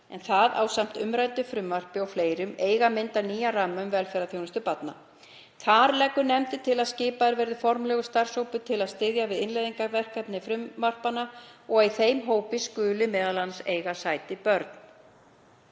en það ásamt umræddu frumvarpi og fleirum á að mynda nýjan ramma um velferðarþjónustu barna. Þar leggur nefndin til að skipaður verði formlegur starfshópur til að styðja við innleiðingarverkefni frumvarpanna og að í þeim hópi skuli m.a. eiga sæti börn.